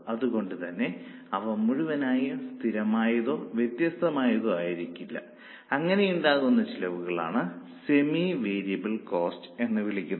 അതുകൊണ്ടുതന്നെ അവ മുഴുവനായും സ്ഥിരമായതോ വ്യത്യസ്തമായതോ ആയിരിക്കില്ല അങ്ങനെയുള്ള ചെലവുകളെയാണ് സെമി വേരിയബിൾ കോസ്റ്റ് എന്ന് വിളിക്കുന്നത്